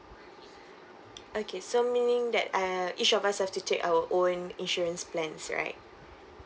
okay so meaning that uh each of us have to take our own insurance plans right